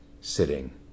sitting